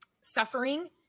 suffering